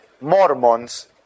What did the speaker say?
Mormons